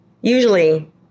usually